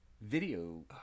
video